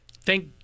thank